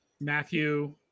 Matthew